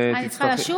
אני צריכה לשוב?